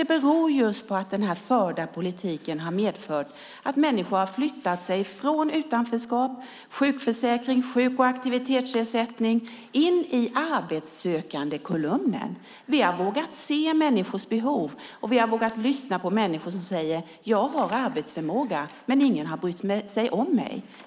Det beror på att den förda politiken har medfört att människor har flyttat sig från utanförskap, sjukförsäkring och sjuk och aktivitetsersättning in i arbetssökandekolumnen. Vi har vågat se människors behov, och vi har vågat lyssna på dem som säger: Jag har arbetsförmåga, men ingen har brytt sig om mig.